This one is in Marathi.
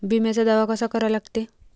बिम्याचा दावा कसा करा लागते?